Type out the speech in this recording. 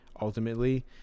ultimately